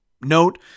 Note